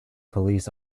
police